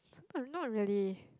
but not really